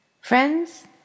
Friends